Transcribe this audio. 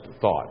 thought